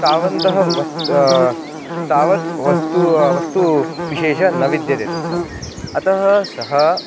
तावन्तः वस्तु तावत् वस्तु वस्तुविशेषः न विद्यते तत्र अतः सः